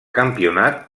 campionat